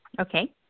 Okay